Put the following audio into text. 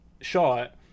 shot